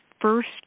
first